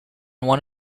one